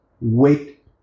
wait